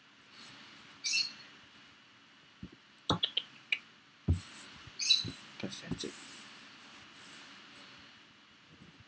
cause I check